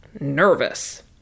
nervous